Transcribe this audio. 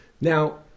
Now